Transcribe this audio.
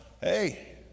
Hey